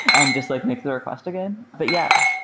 and just like make the request again. but yeah,